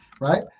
right